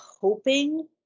hoping